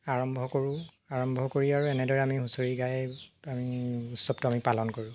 আৰম্ভ কৰো আৰম্ভ কৰি আৰু এনেদৰে আমি হুঁচৰি গাই উৎসৱটো আমি পালন কৰো